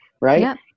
right